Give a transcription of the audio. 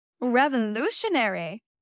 Revolutionary